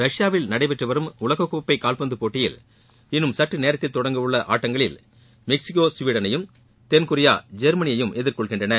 ரஷ்பாவில் நடைபெற்று வரும் உலகக்கோப்பை கால்பந்து போட்டியில் இன்னும் சற்றுநேரத்தில் தொடங்கவுள்ள ஆட்டங்களில் மெக்சிகோ ஸ்வீடனையும் தென்கொரியா ஜெர்மனியையும் எதிர்கொள்கின்றன